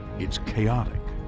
it's chaotic.